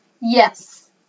Yes